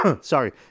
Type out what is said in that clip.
sorry